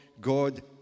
God